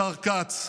השר כץ,